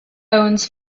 owns